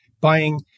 buying